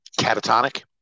catatonic